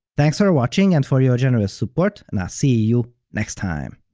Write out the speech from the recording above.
thanks for watching and for your generous support, and i'll see you next time!